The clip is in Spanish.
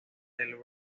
del